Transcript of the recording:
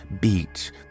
beat